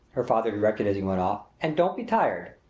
her father directed as he went off, and don't be tired.